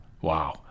Wow